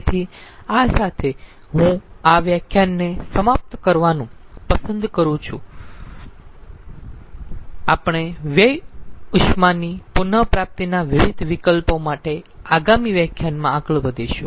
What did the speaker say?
તેથી આ સાથે હું આ વ્યાખ્યાનને સમાપ્ત કરવાનું પસંદ કરું છું આપણે વ્યય ઉષ્માની પુન પ્રાપ્તિના વિવિધ વિકલ્પો માટે આગામી વ્યાખ્યાનમાં આગળ વધીશું